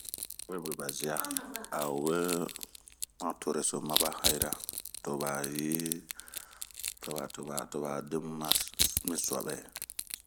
we bebazia a owee han toreso maba hayira to bs yiii ,toba toba demumi suabɛ.